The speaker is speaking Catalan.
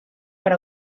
per